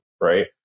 Right